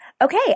Okay